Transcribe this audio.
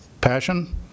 passion